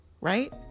right